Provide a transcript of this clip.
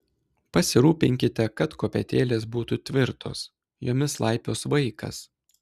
pasirūpinkite kad kopėtėlės būtų tvirtos jomis laipios vaikas